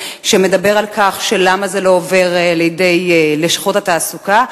מדבר על למה זה לא עובר לידי לשכות התעסוקה,